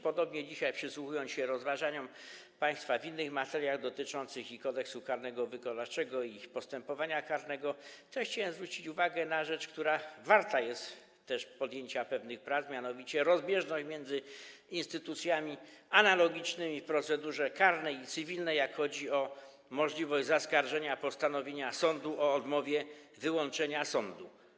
Podobnie dzisiaj, przysłuchując się rozważaniom państwa w innych materiach dotyczących i Kodeksu karnego wykonawczego, i Kodeksu postępowania karnego, chciałbym zwrócić uwagę na rzecz, która warta jest też tego, żeby podjąć pewne prace, mianowicie chodzi o rozbieżność między instytucjami analogicznymi w procedurze karnej i cywilnej, jeżeli chodzi o możliwość zaskarżenia postanowienia sądu o odmowie wyłączenia sądu.